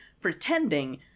pretending